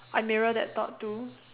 I mirror that thought too